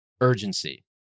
urgency